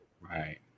Right